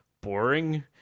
boring